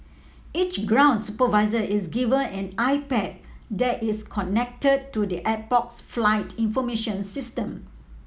each ground supervisor is given an iPad that is connected to the airport's flight information system